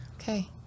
Okay